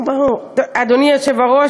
אדוני היושב-ראש,